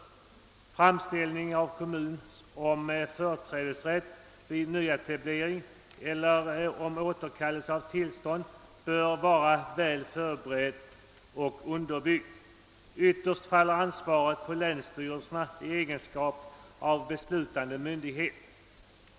Framställning av kommun om företrädesrätt vid nyetablering eller om återkallelse av tillstånd bör vara väl förberedd och underbyggd. Ytterst faller ansvaret på länsstyrelserna i egenskap av beslutande myndigheter.